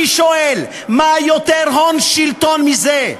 אני שואל: מה יותר הון שלטון מזה?